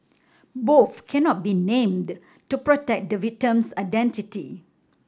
both cannot be named to protect the victim's identity